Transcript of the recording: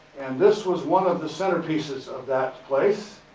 and this was one of the centerpieces of that place.